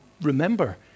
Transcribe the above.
remember